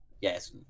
yes